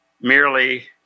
merely